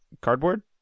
cardboard